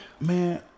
Man